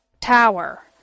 tower